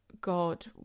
God